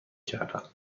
کردم